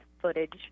footage